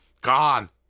gone